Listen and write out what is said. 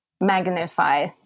magnify